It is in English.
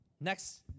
Next